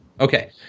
Okay